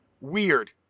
weird